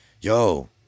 Yo